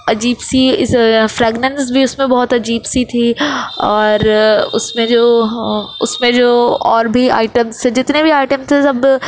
عجیب سی اس فریگننس بھی اس میں بہت عجیب سی تھی اور اس میں جو اس میں جو اور بھی آئٹمس جتنے بھی آئٹم تھے سب